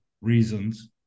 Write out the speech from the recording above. reasons